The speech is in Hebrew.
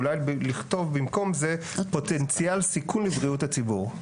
אולי לכתוב במקום זה "פוטנציאל סיכון לבריאות הציבור".